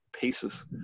pieces